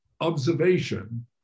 observation